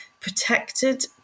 protected